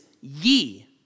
ye